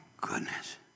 goodness